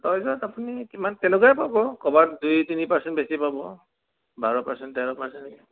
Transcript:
টইজত আপুনি কিমান তেনেকুৱাই পাব ক'ৰবাত দুই তিনি পাৰ্চেণ্ট বেছি পাব বাৰ পাৰ্চেণ্ট তেৰ পাৰ্চেণ্ট